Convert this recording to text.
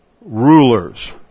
rulers